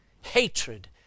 hatred